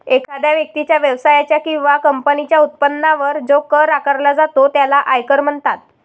एखाद्या व्यक्तीच्या, व्यवसायाच्या किंवा कंपनीच्या उत्पन्नावर जो कर आकारला जातो त्याला आयकर म्हणतात